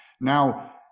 Now